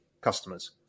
customers